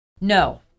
No